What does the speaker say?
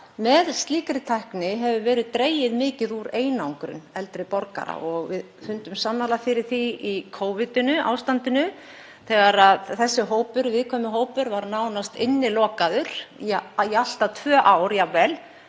með slíkri tækni hefur verið dregið mikið úr einangrun eldri borgara. Við fundum sannarlega fyrir því í Covid-ástandinu þegar þessi hópur, viðkvæmi hópur, var nánast innilokaður í allt að tvö ár jafnvel.